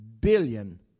billion